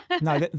No